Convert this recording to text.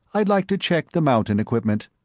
i'd like to check the mountain equipment.